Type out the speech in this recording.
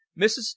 mrs